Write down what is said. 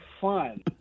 fun